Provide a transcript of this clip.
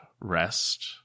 rest